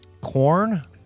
corn